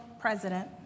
president